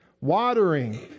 watering